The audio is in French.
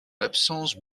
absence